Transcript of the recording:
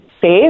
safe